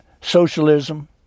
socialism